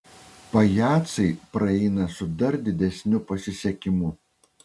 pajacai praeina su dar didesniu pasisekimu